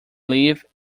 live